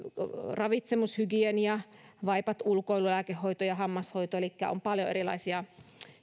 ravitsemus hygienia vaipat ulkoilu lääkehoito ja hammashoito elikkä on paljon erilaisia